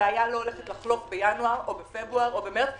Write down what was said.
הבעיה לא הולכת לחלוף בינואר או בפברואר או במרץ.